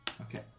Okay